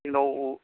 जोंनाव